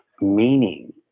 meaning